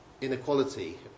inequality